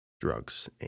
drugs